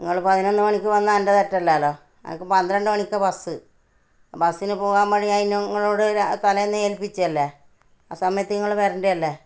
നിങ്ങൾ പതിനൊന്ന് മണിക്ക് വന്നാൽ എന്റെ തെറ്റല്ലാല്ലോ എനിക്ക് പന്ത്രണ്ട് മണിക്കാ ബസ്സ് ബസ്സിനു പോകാന് വേണ്ടി ഞാന് ന്ന് നിങ്ങളോട് രാ തലേന്നെ ഏൽപ്പിച്ചതല്ലേ ആ സമയത്ത് നിങ്ങൾ വരേണ്ടതല്ലേ